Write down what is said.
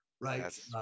right